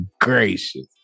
gracious